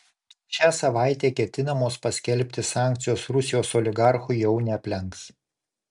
šią savaitę ketinamos paskelbti sankcijos rusijos oligarchų jau neaplenks